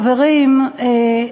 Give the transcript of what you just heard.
חברים,